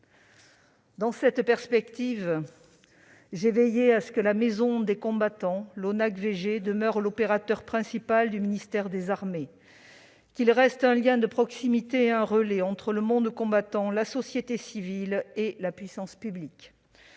Dans cette perspective, j'ai veillé à ce que la maison des combattants qu'est l'ONACVG demeure l'opérateur principal du ministère des armées, qu'il reste un lien de proximité et un relais entre le monde combattant, la société civile et la puissance publique.